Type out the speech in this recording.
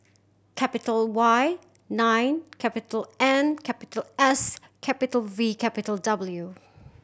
capital Y nine capital N capital S capital V capital W